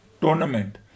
tournament